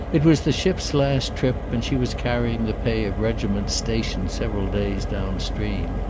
it was the ship's last trip and she was carrying the pay of regiments stationed several days down stream.